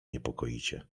niepokoicie